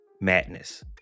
madness